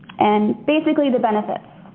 and basically the benefits,